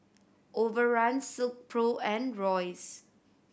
Overrun Silkpro and Royce